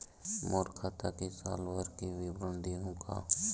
मोर खाता के साल भर के विवरण देहू का?